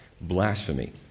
blasphemy